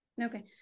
Okay